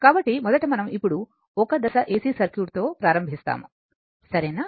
కాబట్టి మొదట మనం ఇప్పుడు సింగిల్ ఫేస్ ఏసి సర్క్యూట్తో ప్రారంభిస్తాము సరేనా